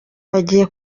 hagiye